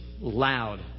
loud